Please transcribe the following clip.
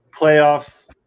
playoffs